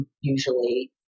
usually